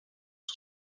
sur